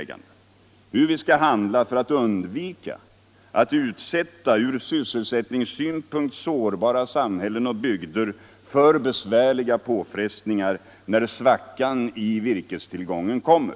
Allmänpolitisk debatt Allmänpolitisk debatt Hur vi skall handla för att undvika att utsätta ur sysselsättningssynpunkt sårbara samhällen och bygder för besvärliga påfrestningar när svackan i virkestillgången kommer.